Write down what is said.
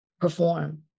perform